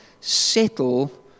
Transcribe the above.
settle